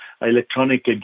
electronic